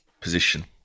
position